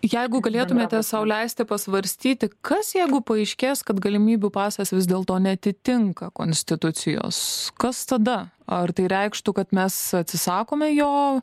jeigu galėtumėte sau leisti pasvarstyti kas jeigu paaiškės kad galimybių pasas vis dėlto neatitinka konstitucijos kas tada ar tai reikštų kad mes atsisakome jo